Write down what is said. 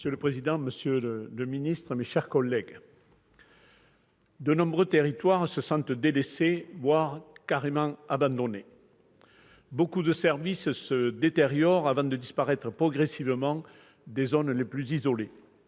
Monsieur le président, monsieur le ministre, mes chers collègues, de nombreux territoires se sentent délaissés, voire carrément abandonnés. Beaucoup de services se détériorent avant de disparaître progressivement des zones les plus isolées.